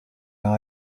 now